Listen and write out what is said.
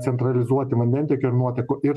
centralizuoti vandentiekio ir nuotekų ir